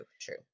true